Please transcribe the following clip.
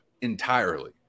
entirely